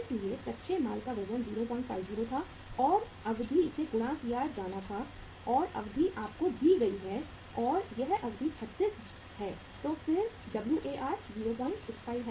इसलिए कच्चे माल का वजन 050 था और अवधि से गुणा किया जाना था और अवधि आपको दी गई है और यह अवधि 36 है और फिर WAR 065 है